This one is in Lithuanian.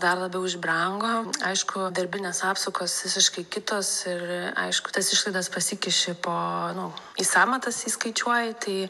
dar labiau išbrango aišku darbinės apsukos visiškai kitos ir aišku tas išlaidas pasikiši po nu į sąmatas ir skaičiuoji tai